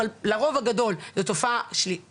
אבל לרוב הגדול זו תופעה שלילית.